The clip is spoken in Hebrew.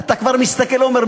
אתה כבר מסתכל ואומר,